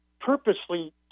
purposely